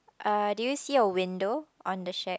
uh do you see a window on the shack